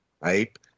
right